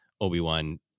obi-wan